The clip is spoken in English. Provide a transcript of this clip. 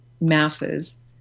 masses